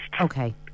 Okay